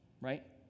right